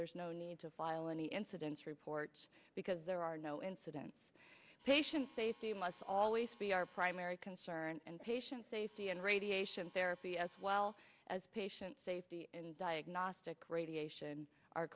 there is no need to file any incident report because there are no incidents patient safety must always be our primary concern and patient safety and radiation therapy as well as patient safety and diagnostic radiation are